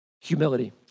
humility